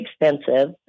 expensive